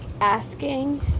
asking